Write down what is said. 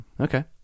Okay